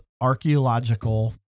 archaeological